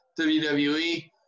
WWE